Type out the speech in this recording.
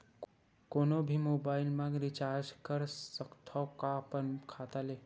कोनो भी मोबाइल मा रिचार्ज कर सकथव का अपन खाता ले?